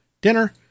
dinner